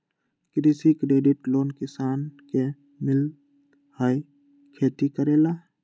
कृषि credit loan किसान के मिलहई खेती करेला?